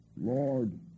Lord